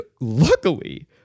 luckily